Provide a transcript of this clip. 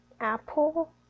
Apple